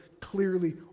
Clearly